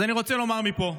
אז אני רוצה לומר מפה,